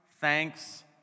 thanks